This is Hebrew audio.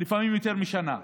לפעמים יותר משנה,